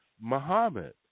Muhammad